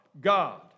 God